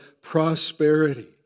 prosperity